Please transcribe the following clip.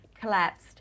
collapsed